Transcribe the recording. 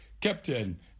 Captain